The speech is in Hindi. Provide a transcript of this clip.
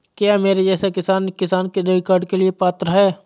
क्या मेरे जैसा किसान किसान क्रेडिट कार्ड के लिए पात्र है?